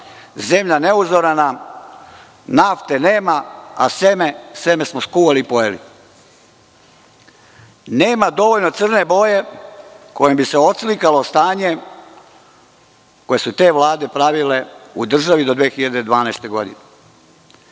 zemlja ne uzorana, nafte nema, a seme smo skuvali i pojeli. Nema dovoljno crne boje kojom bi se oslikalo stanje koje su te vlade pravile u državi do 2012. godine. Da